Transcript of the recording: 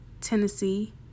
Tennessee